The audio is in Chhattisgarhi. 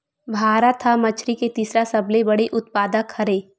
भारत हा मछरी के तीसरा सबले बड़े उत्पादक हरे